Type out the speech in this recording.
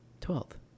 twelfth